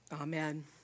Amen